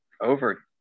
over